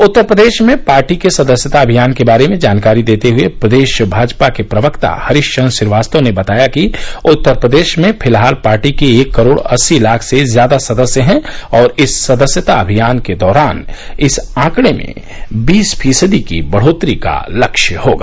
उत्तर प्रदेश में पार्टी के सदस्यता अभियान के बारे में जानकारी देते हुए प्रदेश भाजपा के प्रवक्ता हरीश चन्द्र श्रीवास्तव ने बताया कि उत्तर प्रदेश में फिलहाल पार्टी के एक करोड़ अस्सी लाख से ज्यादा सदस्य हैं और इस सदस्यता अभियान के दौरान इस ऑकड़े में बीस फीसदी की बढ़ोत्तरी का लक्ष्य रहेगा